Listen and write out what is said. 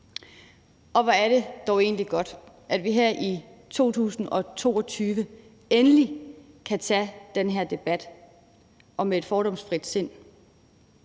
Og hvor er det dog egentlig godt, at vi her i 2022 endelig kan tage den her debat med et fordomsfrit sind.